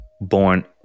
born